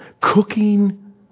Cooking